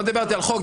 לא דיברתי על חוק,